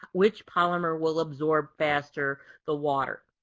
which polymer will absorb faster the water.